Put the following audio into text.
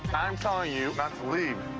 i'm telling you not to leave.